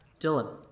Dylan